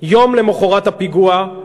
יום למחרת הפיגוע,